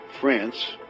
France